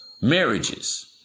marriages